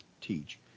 teach